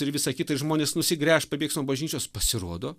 ir visa kita ir žmonės nusigręš pabėgs nuo bažnyčios pasirodo